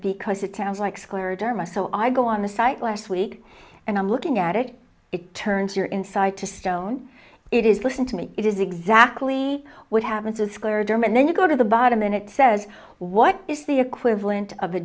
the cause it sounds like scleroderma so i go on the site last week and i'm looking at it it turns your inside to stone it is listen to me it is exactly what happens a scleroderma and then you go to the bottom and it says what is the equivalent of a